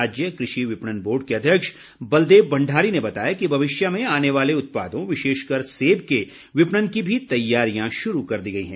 राज्य कृषि विपणन बोर्ड के अध्यक्ष बलदेव भंडारी ने बताया कि भविष्य में आने वाले उत्पादों विशेषकर सेब के विपणन की भी तैयारियां शुरू कर दी गई हैं